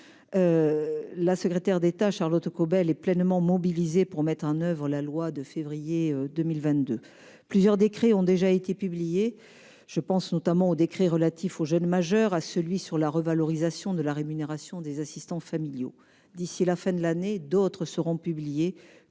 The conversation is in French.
La secrétaire d'État Charlotte Caubel est pleinement mobilisée pour mettre en oeuvre la loi de 2022. Plusieurs décrets ont déjà été publiés : je pense notamment à celui relatif aux jeunes majeurs et à celui sur la revalorisation de la rémunération des assistants familiaux. D'ici à la fin de l'année, d'autres le seront,